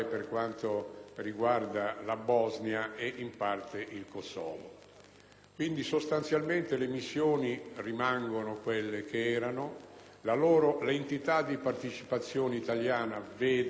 Quindi, sostanzialmente le missioni rimangono quelle di prima. L'entità della partecipazione italiana vede un leggero aumento in funzione di esigenze contingenti